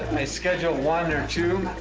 i schedule one or two,